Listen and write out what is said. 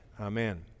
Amen